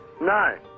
No